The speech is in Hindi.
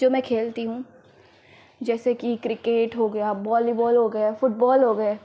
जो मैं खेलती हूँ जैसे कि क्रिकेट हो गया वॉलीबॉल हो गया फुटबॉल हो गया